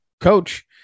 coach